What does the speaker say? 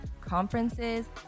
conferences